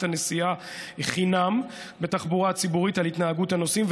הנסיעה חינם בתחבורה הציבורית על התנהגות הנוסעים,